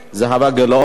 זהבה גלאון,